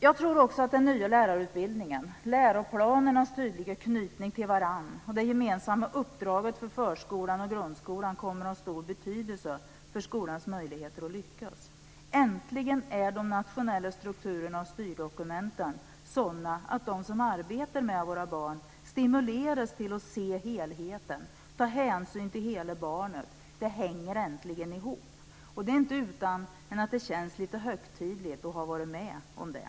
Jag tror också att den nya lärarutbildningen, läroplanernas tydliga knytning till varandra och det gemensamma uppdraget för förskolan och grundskolan kommer att ha stor betydelse för skolans möjligheter att lyckas. Äntligen är de nationella strukturerna och styrdokumenten sådana att de som arbetar med våra barn stimuleras att se helheten och ta hänsyn till hela barnet. Det hänger äntligen ihop. Det är inte utan att det känns lite högtidligt att ha varit med om det.